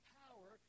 power